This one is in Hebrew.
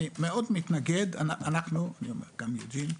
אני מתנגד מאוד גם יוג'ין,